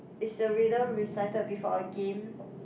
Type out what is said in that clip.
is a rhythm recited before a game